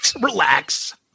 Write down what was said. Relax